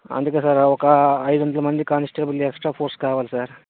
అందుకే సార్ ఒక ఐదు వందల మంది కానిస్టేబుల్లు ఎక్స్ట్రా ఫోర్స్ కావాలి సార్